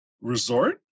resort